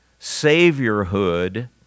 saviorhood